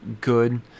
good